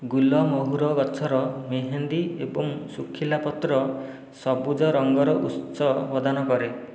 ଗୁଲମୋହୁର ଗଛର ମେହେନ୍ଦୀ ଏବଂ ଶୁଖିଲା ପତ୍ର ସବୁଜ ରଙ୍ଗର ଉତ୍ସ ପ୍ରଦାନ କରେ